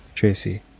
Tracy